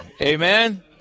Amen